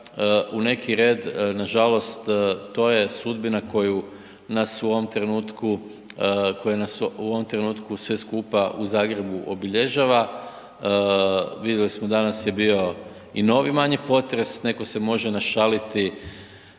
u neki red, nažalost to je sudbina koju nas u ovom trenutku, koja nas u ovom trenutku sve skupa u Zagrebu obilježava. Vidjeli smo, danas je bio i novi manji potres, neko se može našaliti